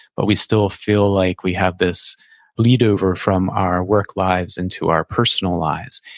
but we still feel like we have this bleed-over from our work lives into our personal lives.